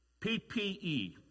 PPE